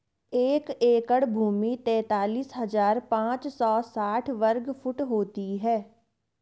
एक एकड़ भूमि तैंतालीस हज़ार पांच सौ साठ वर्ग फुट होती है